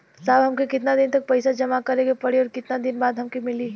साहब हमके कितना दिन तक पैसा जमा करे के पड़ी और कितना दिन बाद हमके मिली?